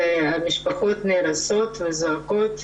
המשפחות נהרסות וזועקות.